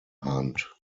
hunt